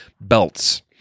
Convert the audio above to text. belts